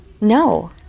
no